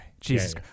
Jesus